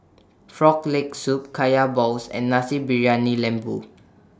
Frog Leg Soup Kaya Balls and Nasi Briyani Lembu